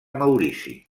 maurici